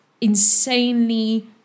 insanely